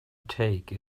take